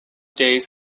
days